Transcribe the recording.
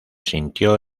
sintió